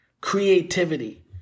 creativity